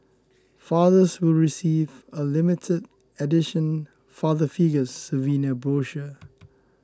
fathers will receive a limited edition Father Figures souvenir brochure